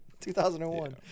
2001